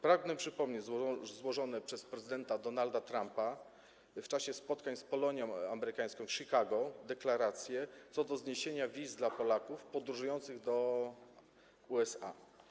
Pragnę przypomnieć złożone przez prezydenta Donalda Trumpa w czasie spotkań z Polonią amerykańską w Chicago deklaracje dotyczące zniesienia wiz dla Polaków podróżujących do USA.